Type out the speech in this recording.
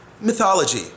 mythology